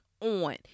on